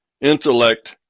intellect